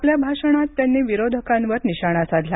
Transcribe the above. आपल्या भाषणात त्यांनी विरोधकांवर निशाणा साधला